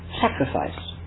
sacrifice